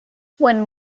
when